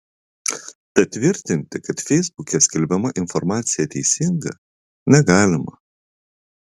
tad tvirtinti kad feisbuke skelbiama informacija teisinga negalima